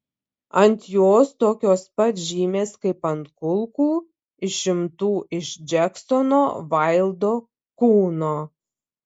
ant jos tokios pat žymės kaip ant kulkų išimtų iš džeksono vaildo kūno